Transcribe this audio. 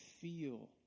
feel